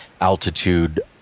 altitude